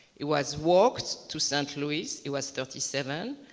he was worked to saint-louis. he was thirty seven,